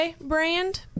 brand